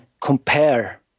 compare